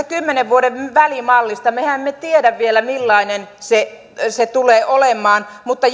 kymmenen vuoden välimallista niin mehän emme tiedä vielä millainen se se tulee olemaan mutta